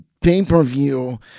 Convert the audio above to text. pay-per-view